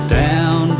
down